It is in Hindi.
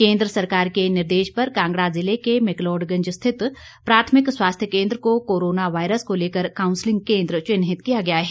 केन्द्र सरकार के निर्देश पर कांगड़ा जिले के मैकलोड़गंज स्थित प्राथमिक स्वास्थ्य केन्द्र को कोरोना वायरस को लेकर काउंसलिंग केन्द्र चिन्हित किया गया है